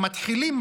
הם מתחילים,